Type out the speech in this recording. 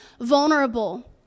vulnerable